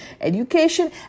education